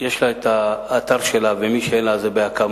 יש לה האתר שלה, ומי שאין לה, זה בהקמה,